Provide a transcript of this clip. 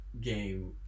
game